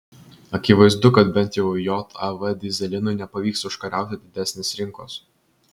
akivaizdu kad bent jau jav dyzelinui nepavyks užkariauti didesnės rinkos